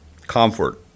comfort